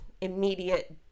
immediate